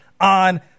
on